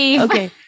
okay